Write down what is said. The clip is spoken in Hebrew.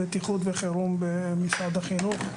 בטיחות וחירום במשרד החינוך.